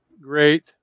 great